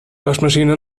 waschmaschine